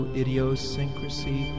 idiosyncrasy